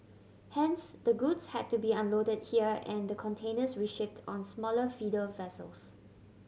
hence the goods had to be unloaded here and the containers reshipped on smaller feeder vessels